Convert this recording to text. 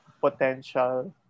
potential